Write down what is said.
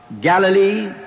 Galilee